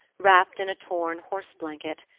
wrapped in a torn horse-blanket.